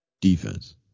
Defense